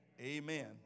Amen